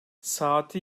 saati